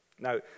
Now